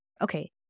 Okay